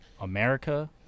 America